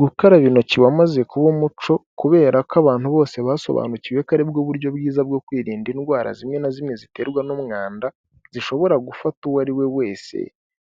Gukaraba intoki wamaze kuba umuco kubera ko abantu bose basobanukiwe ko aribwo buryo bwiza bwo kwirinda indwara zimwe na zimwe ziterwa n'umwanda zishobora gufata uwo ari we wese,